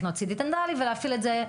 לקנות CT דנטלי ולהפעיל את זה.